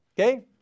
Okay